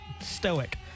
stoic